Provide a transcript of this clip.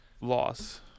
Loss